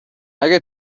اگه